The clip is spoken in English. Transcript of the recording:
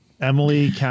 Emily